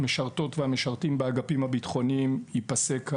המשרתות והמשרתים בתוף האגפים הביטחוניים ייפסק.